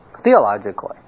theologically